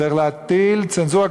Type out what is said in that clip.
צריך להטיל צנזורה,